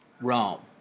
Rome